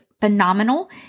phenomenal